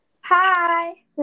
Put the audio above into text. Hi